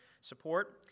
support